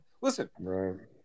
Listen